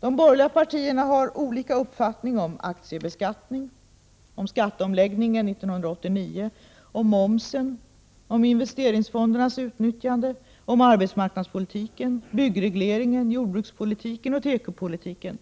De borgerliga partierna har olika uppfattning om aktiebeskattningen, om skatteomläggningen 1989, om momsen, om investeringsfondernas utnyttjande, om arbetsmarknadspolitiken, om byggregleringen, om jordbrukspolitiken och om tekopolitiken;